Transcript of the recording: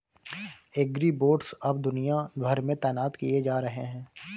agribots अब दुनिया भर में तैनात किए जा रहे हैं